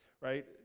right